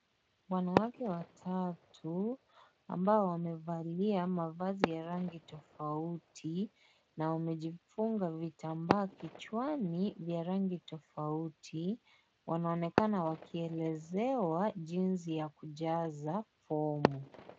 Wanawake watatu, ambao wamevalia mavazi ya rangi tofauti na wamejifunga vitambaa kichwani vya rangi tofauti. Wanaonekana wakielezewa jinsi ya kujaza fomu.